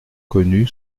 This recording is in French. connu